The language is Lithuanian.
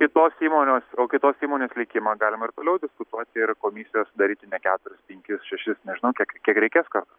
kitos įmonės o kitos įmonės likimą galima ir toliau diskutuot ir komisijas sudaryt ne keturis penkis šešis nežinau kiek kiek reikės kartų